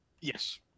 Yes